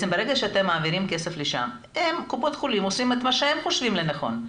ברגע שאתם מעבירים כסף לשם קופות החולים עושים את מה שהם חושבים לנכון.